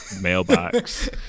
mailbox